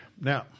Now